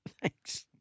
Thanks